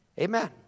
Amen